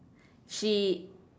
she